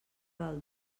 del